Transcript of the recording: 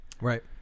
Right